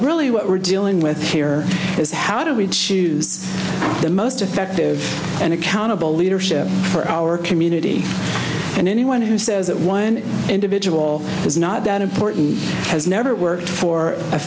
really what we're dealing with here is how do we choose the most effective and accountable leadership for our community and anyone who says that one individual is not that important has never worked for a